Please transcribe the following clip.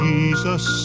Jesus